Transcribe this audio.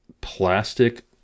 plastic